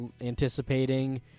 anticipating